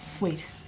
Wait